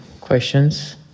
questions